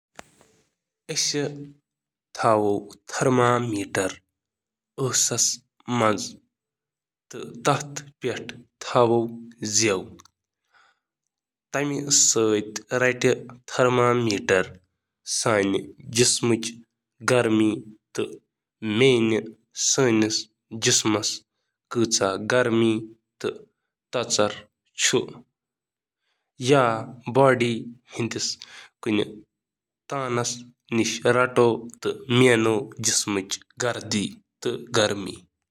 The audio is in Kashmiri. ڈیجیٹل تھرمامیٹر کْریو آن ۔ تھرمامیٹر ٹِپ تھٲوِو پننہِ زیوِ تل۔ پنُن ٲس کٔرِو تھرمامیٹرَس أنٛدۍ پٔکھۍ تَجویٖز کرنہٕ آمُت وقتہٕ خٲطرٕ بنٛد یا یوٚتتھ تام تھرمامیٹر بیپ اِشارٕ کَران زِ یہِ چُھ کرنہٕ یِوان۔ تھرمامیٹر ہٹاو تہٕ نمبر پٔرِو۔